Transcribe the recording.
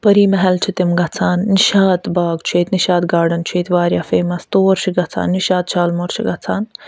پری محل چھِ تِم گژھان نِشاط باغ چھِ ییٚتہِ نِشاط گاڈن چھِ ییٚتہِ واریاہ فٮ۪مَس تور چھِ گژھان نِشاط شالمور چھِ گژھان